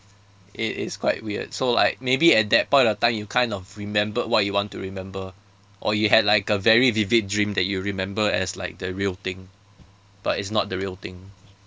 it is quite weird so like maybe at that point of time you kind of remembered what you want to remember or you had like a very vivid dream that you remember as like the real thing but it's not the real thing